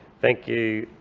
thank you.